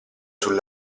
sul